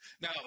Now